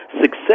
Success